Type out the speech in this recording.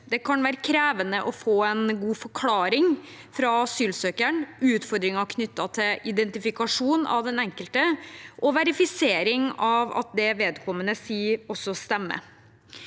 Det kan være krevende å få en god forklaring fra asylsøkeren, og det kan være utfordringer knyttet til identifikasjon av den enkelte og til verifisering av at det vedkommende sier, også stemmer.